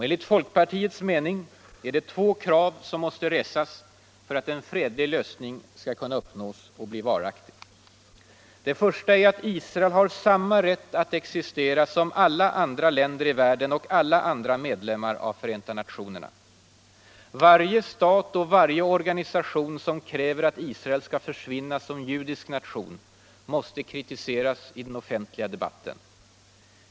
Enligt folkpartiets mening är det två krav som måste resas för att en fredlig lösning skall kunna uppnås och bli varaktig: 1. Israel har samma rätt att existera som alla andra länder i världen och alla andra medlemmar av Förenta nationerna. Varje stat och organisation som kräver att Israel skall försvinna som judisk nation måste kritiseras i den offentliga debatten.